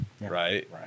right